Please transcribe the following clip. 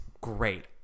great